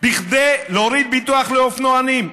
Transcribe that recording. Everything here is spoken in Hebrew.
כדי להוריד בביטוח לאופנוענים.